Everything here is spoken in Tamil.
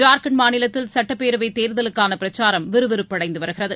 ஜார்க்கண்ட் மாநிலத்தில் சட்டப்பேரவை தேர்தலுக்கான பிரச்சாரம் விறுவிறுப்பு அடைந்து வருகிறது